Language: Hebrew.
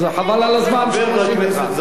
חבל על הזמן שהוא משיב לך.